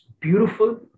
beautiful